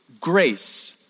grace